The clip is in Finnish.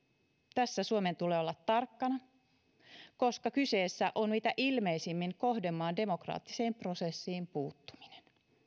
tässä suomen tulee olla tarkkana koska kyseessä on mitä ilmeisimmin kohdemaan demokraattiseen prosessiin puuttuminen